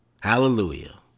hallelujah